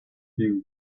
few